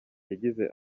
yagize